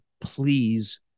please